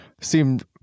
seemed